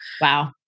Wow